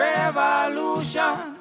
Revolution